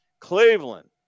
Cleveland